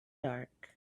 dark